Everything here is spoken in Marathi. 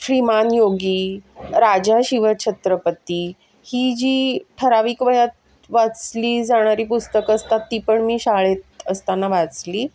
श्रीमान योगी राजा शिवछत्रपती ही जी ठराविक वयात वाचली जाणारी पुस्तकं असतात ती पण मी शाळेत असताना वाचली